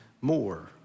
more